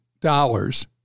dollars